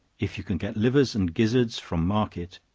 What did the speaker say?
if you can get livers and gizzards from market,